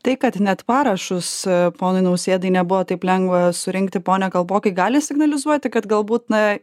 tai kad net parašus ponui nausėdai nebuvo taip lengva surinkti pone kalpokai gali signalizuoti kad galbūt na